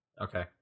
Okay